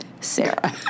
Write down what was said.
Sarah